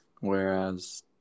Whereas